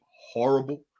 horrible